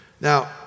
Now